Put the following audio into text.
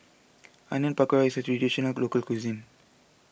Onion Pakora is a Traditional Local Cuisine